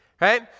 Right